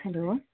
hello